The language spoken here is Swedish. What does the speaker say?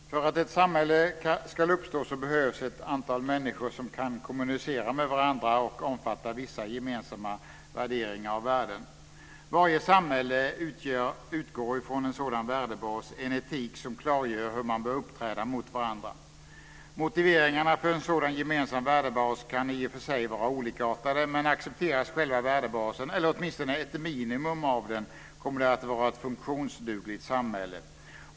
Herr talman! För att ett samhälle ska uppstå behövs ett antal människor som kan kommunicera med varandra och omfatta vissa gemensamma värderingar och värden. Varje samhälle utgår från en sådan värdebas, en etik, som klargör hur man bör uppträda mot varandra. Motiveringarna för en sådan gemensam värdebas kan i och för sig vara olikartade, men accepteras själva värdebasen - eller åtminstone ett minimum av den - kommer det att vara ett funktionsdugligt samhälle.